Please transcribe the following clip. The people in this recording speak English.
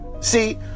see